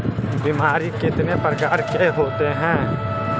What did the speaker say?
बीमारी कितने प्रकार के होते हैं?